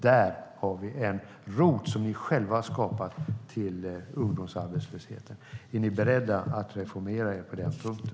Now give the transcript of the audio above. Där har vi en rot till ungdomsarbetslösheten som ni själva har skapat. Är ni beredda att reformera er på den punkten?